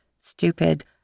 stupid